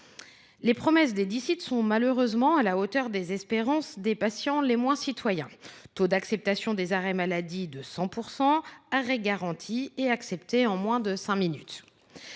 Les promesses de ces sites sont malheureusement à la hauteur des espérances des patients les moins citoyens : taux d’acceptation des arrêts de 100 %, arrêt garanti et accepté en moins de cinq minutes.